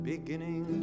beginning